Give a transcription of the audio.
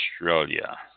Australia